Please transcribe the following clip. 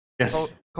Yes